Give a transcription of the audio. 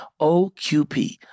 OQP